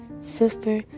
sister